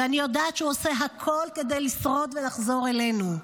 ואני יודעת שהוא עושה הכול כדי לשרוד ולחזור אלינו.